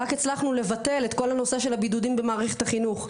רק הצלחנו לבטל את כל הנושא של הבידודים במערכת החינוך.